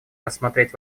рассмотреть